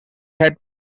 had